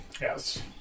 Yes